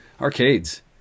arcades